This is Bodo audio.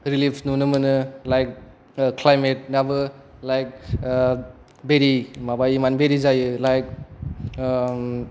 रिलिफ नुनो मोनो लाइक क्लायमेद आबो लाइक बिरि माबायो मोन बिरि जायो लाइक